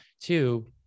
Two